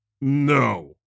No